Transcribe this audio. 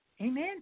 amen